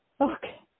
Okay